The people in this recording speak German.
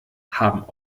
haben